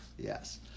Yes